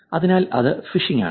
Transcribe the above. അതിനാൽ അത് ഫിഷിംഗ് ആണ്